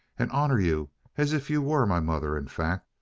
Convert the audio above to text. and honor you as if you were my mother, in fact.